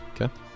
Okay